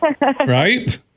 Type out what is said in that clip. Right